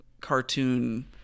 cartoon